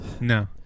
No